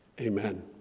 amen